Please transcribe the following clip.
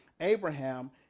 Abraham